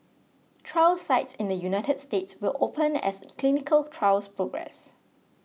trial sites in the United States will open as clinical trials progress